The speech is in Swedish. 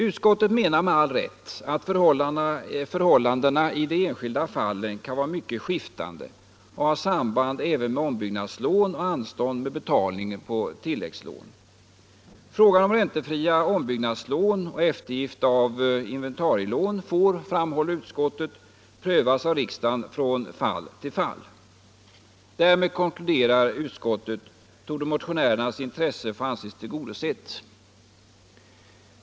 Utskottet menar med all rätt att förhållandena i de enskilda fallen kan vara mycket skiftande och ha samband även med ombyggnadslån och anstånd med betalningen på tilläggslån. Frågan om räntefria ombyggnadslån och eftergift av inventarielån får, framhåller utskottet, prövas av riksdagen från fall till fall. Därmed, konkluderar utskottet, torde motionärernas intresse få anses tillgodosett.